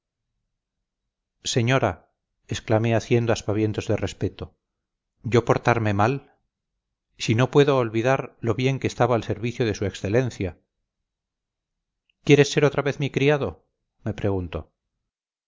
señora exclamé haciendo aspavientos de respeto yo portarme mal si no puedo olvidar lo bien que estaba al servicio de su excelencia quieres ser otra vez mi criado me preguntó